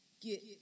get